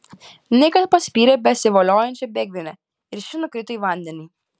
nikas paspyrė besivoliojančią bėgvinę ir ši nukrito į vandenį